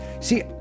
See